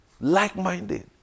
Like-minded